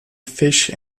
fish